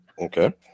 okay